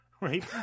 Right